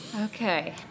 Okay